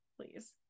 please